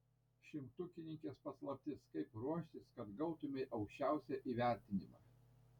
šimtukininkės paslaptis kaip ruoštis kad gautumei aukščiausią įvertinimą